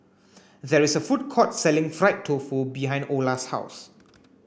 there is a food court selling fried tofu behind Ola's house